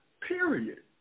period